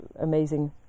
amazing